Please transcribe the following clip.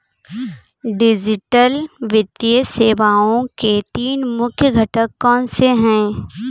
digital वित्तीय सेवाओं के तीन मुख्य घटक कौनसे हैं